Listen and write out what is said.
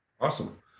Awesome